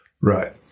Right